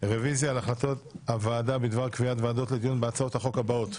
רביזיה על החלטות הוועדה בדבר קביעת ועדות לדיון בהצעות החוק הבאות.